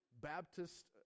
Baptist